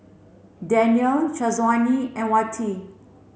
Daniel Syazwani and Wati